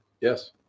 Yes